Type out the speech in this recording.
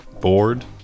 bored